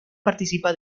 participa